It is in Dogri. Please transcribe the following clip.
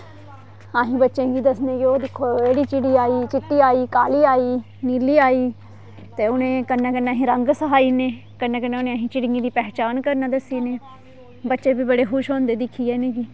अस बच्चें गी दस्सने कि ओह् दिक्खो ओह् आहली चिड़ी आई चिट्टी आई काली आई नीली आई ते उनें कन्नै कन्नै अस रंग सिखाई ओड़ने कन्नै कन्नै उनें गी अस चिड़ियें दी पहचान करना दस्सी ओड़नी बच्चे फ्ही बडे़ खुश होंदे दिक्खियै इनेंगी